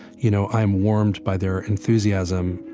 you know, i'm warmed by their enthusiasm,